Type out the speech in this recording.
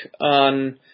on